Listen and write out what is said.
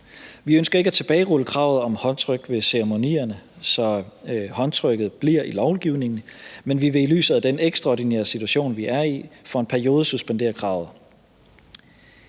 Vi ønsker ikke at tilbagerulle kravet om håndtryk ved ceremonierne, så håndtrykket bliver i lovgivningen, men vi vil i lyset af den ekstraordinære situation, vi er i, for en periode suspendere kravet.